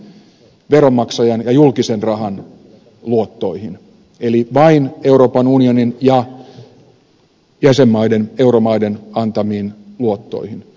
mutta tämä velkajärjestely tapahtuu vain veronmaksajan ja julkisen rahan luottoihin eli vain euroopan unionin ja jäsenmaiden euromaiden antamiin luottoihin